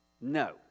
No